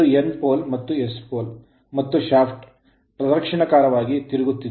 ಇದು N pole ಧ್ರುವ ಮತ್ತು S pole ಧ್ರುವ ಮತ್ತು shaft ಶಾಫ್ಟ್ ಪ್ರದಕ್ಷಿಣಾಕಾರವಾಗಿ ತಿರುಗುತ್ತಿದೆ